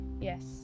yes